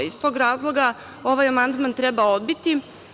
Iz tog razloga, ovaj amandman treba odbiti.